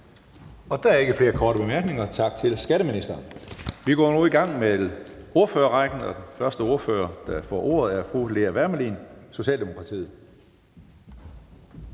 Der er ikke flere korte bemærkninger, så vi siger tak til skatteministeren. Vi går nu i gang med ordførerrækken, og den første ordfører, der får ordet, er fru Lea Wermelin, Socialdemokratiet.